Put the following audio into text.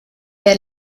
der